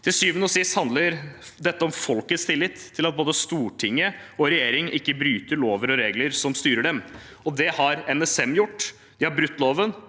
Til syvende og sist handler dette om folkets tillit til at både storting og regjering ikke bryter lover og regler som styrer dem. Det har NSM gjort. De har brutt loven